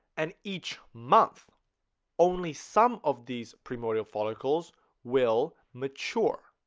and each month only some of these primordial follicles will mature